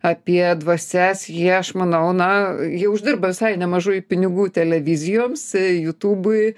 apie dvasias jie aš manau na jie uždirba visai nemažai pinigų televizijoms jūtubui